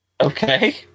Okay